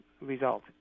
result